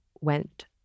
went